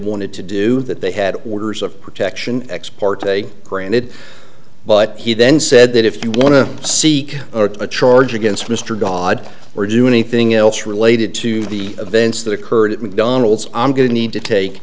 wanted to do that they had orders of protection ex parte granted but he then said that if you want to see a charge against mr dodd or do anything else related to the events that occurred at mcdonald's i'm going to need to take